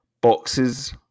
boxes